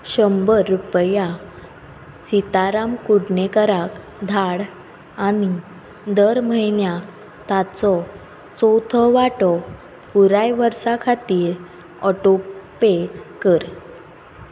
शंबर रुपया सिताराम कुडणेकराक धाड आनी दर म्हयन्याक ताचो चोवथो वांटो पुराय वर्सा खातीर ऑटोपे कर